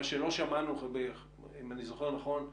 אם אני זוכר נכון,